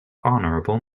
honorable